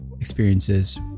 experiences